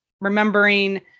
remembering